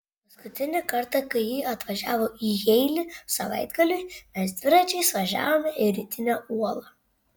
paskutinį kartą kai ji atvažiavo į jeilį savaitgaliui mes dviračiais važiavome į rytinę uolą